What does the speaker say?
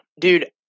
Dude